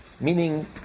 meaning